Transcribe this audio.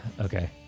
okay